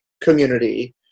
community